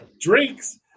drinks